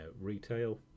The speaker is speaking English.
retail